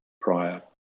prior